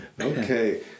Okay